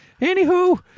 Anywho